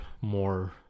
more